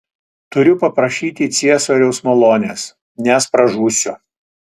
turiu paprašyti ciesoriaus malonės nes pražūsiu